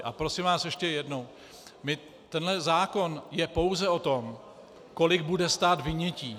A prosím vás, ještě jednou: Tenhle zákon je pouze o tom, kolik bude stát vynětí.